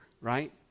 right